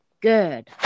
good